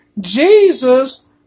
Jesus